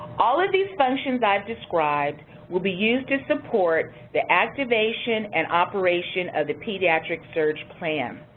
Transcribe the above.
all of these functions i've described will be used to support the activation and operation of the pediatric surge plan.